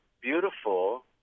beautiful